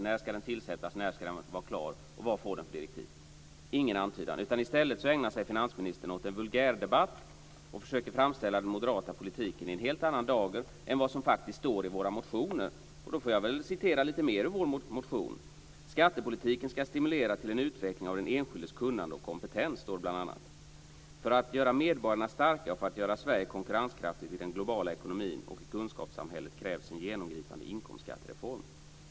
När ska den tillsättas? När ska den vara klar? Vilka direktiv får den? Ingen antydan. I stället ägnar sig finansministern åt en vulgärdebatt och försöker framställa den moderata politiken i en helt annan dager än det som faktiskt står i våra motioner. Jag får väl läsa lite mer ur vår motion: Skattepolitiken ska stimulera till en utveckling av den enskildes kunnande och kompetens, står det bl.a. För att göra medborgarna starka och för att göra Sverige konkurrenskraftigt i den globala ekonomin och i kunskapssamhället krävs en genomgripande inkomstskattereform.